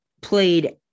played